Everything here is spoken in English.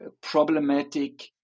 problematic